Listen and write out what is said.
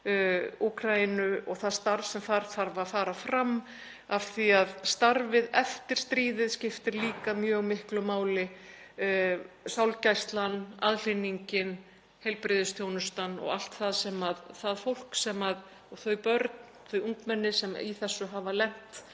Úkraínu og það starf sem þar þarf að fara fram af því að starfið eftir stríðið skiptir líka mjög miklu máli, sálgæslan, aðhlynningin, heilbrigðisþjónustan og allt það sem það fólk, þau börn og ungmenni sem í þessu hafa lent,